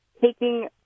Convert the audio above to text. taking